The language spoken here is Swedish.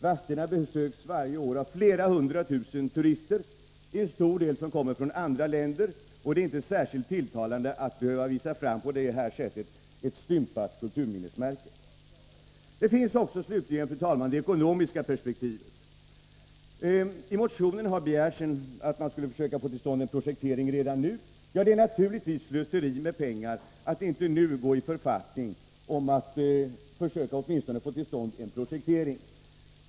Vadstena besöks varje år av flera hundra tusen turister. En stor del av dem kommer från andra länder, och det är inte särskilt tilltalande att behöva visa fram ett på det här sättet stympat kulturminnesmärke. Fru talman! Det finns slutligen det ekonomiska perspektivet. I motionen har begärts att man skulle försöka få till stånd en projektering redan nu. Det är naturligtvis slöseri med pengar att inte nu gå i författning om att försöka åtminstone få till stånd en projektering.